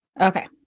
Okay